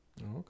Okay